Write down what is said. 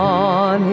on